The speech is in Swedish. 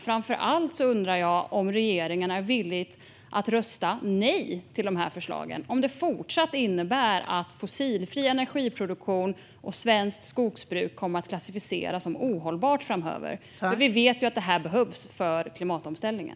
Framför allt undrar jag: Är regeringen villig att rösta nej till förslagen om de fortsatt innebär att fossilfri energiproduktion och svenskt skogsbruk kommer att klassificeras som ohållbara framöver? Vi vet att de behövs för klimatomställningen.